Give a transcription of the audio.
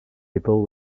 people